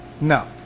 No